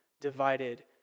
divided